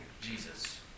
Jesus